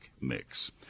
Mix